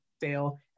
fail